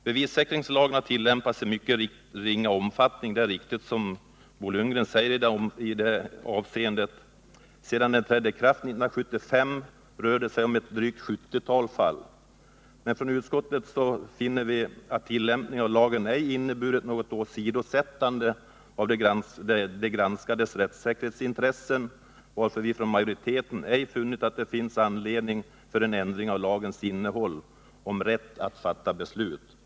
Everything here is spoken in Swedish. Det är riktigt som Bo Lundgren säger att bevissäkringslagen har tillämpats i mycket ringa omfattning. Sedan den trädde i kraft 1975 rör det sig om ett drygt 70-tal fall. Men från utskottsmajoriteten finner vi att tillämpningen av lagen ej inneburit något åsidosättande av de granskades rättsäkerhetsintressen, varför viej funnit att det finns anledning till en ändring av lagens innehåll om rätt att fatta beslut.